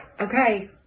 okay